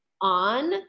on